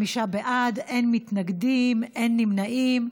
25 בעד, אין מתנגדים, אין נמנעים.